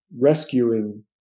rescuing